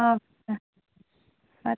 ادٕ سا